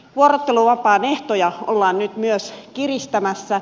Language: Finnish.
vuorotteluvapaan ehtoja ollaan nyt kiristämässä